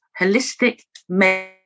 Holistic